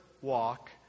walk